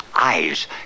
eyes